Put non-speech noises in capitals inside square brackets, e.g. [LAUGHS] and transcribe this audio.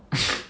[LAUGHS]